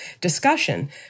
discussion